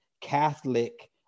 Catholic